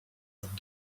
but